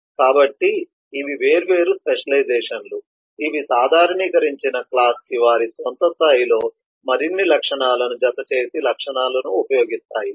కాబట్టి ఇవి వేర్వేరు స్పెషలైజేషన్లు ఇవి సాధారణీకరించిన క్లాస్ కి వారి స్వంత స్థాయిలో మరిన్ని లక్షణాలను జతచేసే లక్షణాలను ఉపయోగిస్తాయి